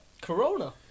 Corona